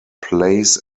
plays